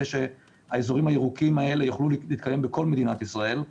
שהאזורים הירוקים האלה יוכלו להתקיים בכל מדינת ישראל,